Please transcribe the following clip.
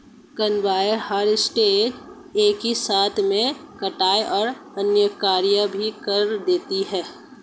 combine harvester एक ही साथ में कटाई और अन्य कार्य भी कर देती है